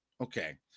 Okay